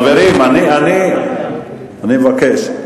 חברים, אני מבקש.